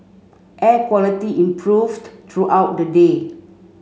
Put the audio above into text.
air quality improved throughout the day